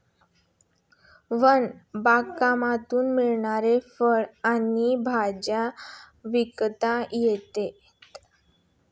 one बागकामातून मिळणारी फळं आणि भाज्या विकता येतात